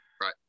right